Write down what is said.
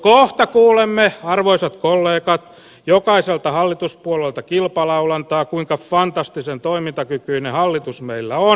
kohta kuulemme arvoisat kollegat jokaiselta hallituspuolueelta kilpalaulantaa kuinka fantastisen toimintakykyinen hallitus meillä on